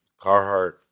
Carhartt